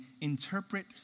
interpret